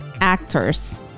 actors